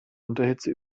unterhitze